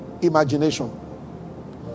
imagination